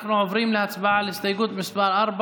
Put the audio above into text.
איפה זה כתוב בתקנון?